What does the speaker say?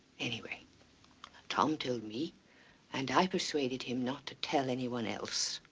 anyway tom told me and i persuaded him not to tell anyone else.